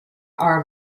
are